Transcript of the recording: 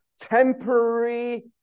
temporary